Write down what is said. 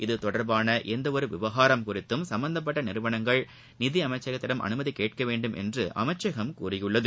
இது தொடர்பான எந்த ஒரு விவனரம் குறித்தும் சம்பந்தப்பட்ட நிறுவனங்கள் நிதி அமைச்சகத்திடம் அனுமதி கேட்க வேண்டுமென்று அமைச்சகம் கூறியுள்ளது